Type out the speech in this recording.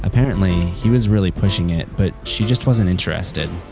apparently he was really pushing it but she just wasn't interested.